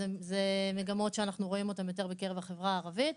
זה מגמות שאנחנו רואים אותן יותר בקרב החברה הערבית.